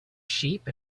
sheep